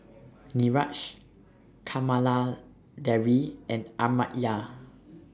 Niraj Kamaladevi and Amartya